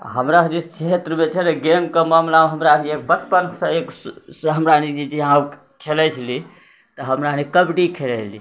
हमरा सभके क्षेत्रमे जेछै ने गेमके मामलामे हमरा जे बचपनसँ एकसँ हमरा सनि जे यहाँ खेलै छेलियै तऽ हमरा सनि कबड्डी खेलै छेलियै